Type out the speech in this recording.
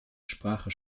sprache